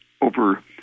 over